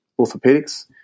orthopedics